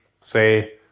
say